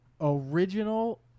original